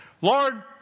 Lord